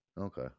Okay